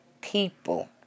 people